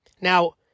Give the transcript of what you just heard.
Now